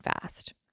fast